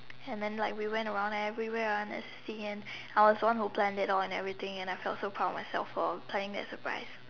and then like we went around everywhere at S_S_D and I was the one who planned it all and everything and I felt so proud of myself for planning that surprise